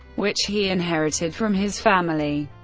which he inherited from his family.